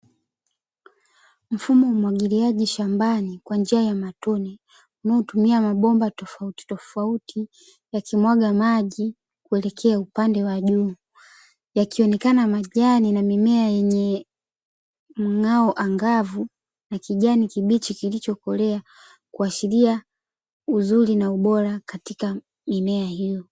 Mfumo wa umwagiliaji shambani kwa njia ya matone unaotumia mabomba tofautitofauti yakimwaga maji kuelekea upande wa juu, yakionekana majani na mimea yenye mng’ao angavu na kijani kibichi kilichokolea kuashiria uzuri na ubora wa mimea hiyo.